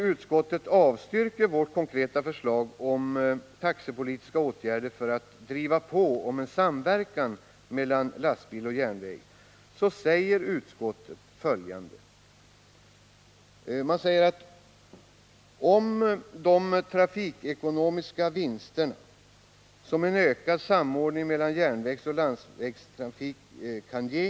Utskottet avstyrker vårt konkreta förslag om taxepolitiska åtgärder för att åstadkomma en samverkan mellan transporter på lastbil resp. tåg, men samtidigt talar man om de trafikekonomiska vinster som en ökad styrning mellan järnvägsoch landsvägstrafik kan ge.